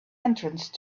entrance